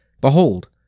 Behold